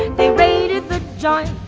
they made it the. joint.